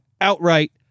outright